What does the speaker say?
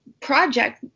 project